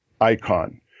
icon